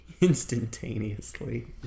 Instantaneously